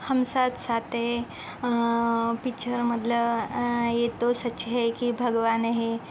हम साथ साथ है पिक्चरमधलं ये तो सच है के भगवान है